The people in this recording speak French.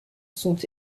sont